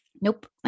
Nope